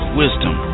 wisdom